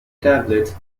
tablets